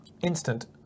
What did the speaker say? Instant